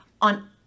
on